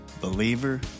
believer